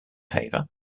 favor